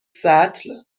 سطل